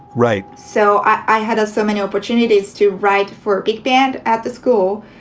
right. so i had so many opportunities to write for big band at the school,